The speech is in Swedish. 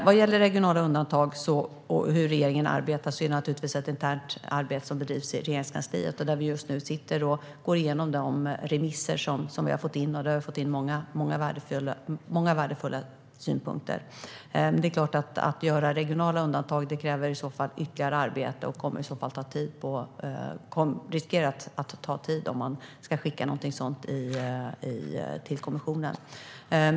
Vad gäller regionala undantag och hur regeringen arbetar är det naturligtvis ett internt arbete som bedrivs i Regeringskansliet. Vi sitter just nu och går igenom de remissvar vi har fått in, och vi har fått in många värdefulla synpunkter. Att göra regionala undantag kräver i så fall ytterligare arbete, och det riskerar att ta tid om man ska skicka någonting sådant till kommissionen.